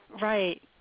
Right